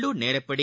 உள்ளூர் நேரப்படி